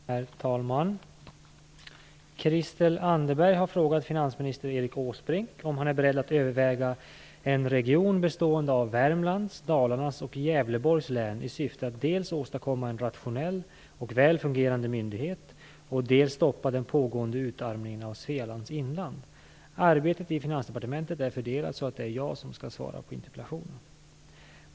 Herr talman! Christel Anderberg har frågat finansminister Erik Åsbrink om han är beredd att överväga en region bestående av Värmlands, Dalarnas och Gävleborgs län i syfte att dels åstadkomma en rationell och väl fungerande myndighet, dels stoppa den pågående utarmningen av Svealands inland. Arbetet i Finansdepartementet är fördelat så att det är jag som skall svara på interpellationen.